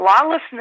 lawlessness